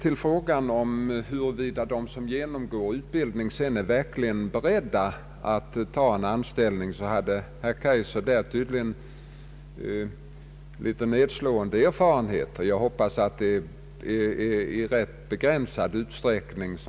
I frågan huruvida de som genomgått utbildning verkligen är beredda att ta en anställning hade herr Kaijser tydligen nedslående erfarenheter. Jag hoppas att vad han talade om förekommer i rätt begränsad utsträckning.